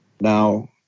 Now